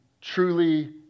truly